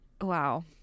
Wow